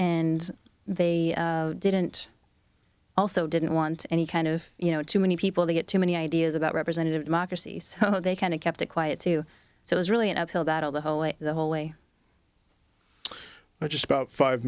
and they didn't also didn't want any kind of you know too many people to get too many ideas about representative democracies they kind of kept it quiet too so it was really an uphill battle the whole way the whole way but just about five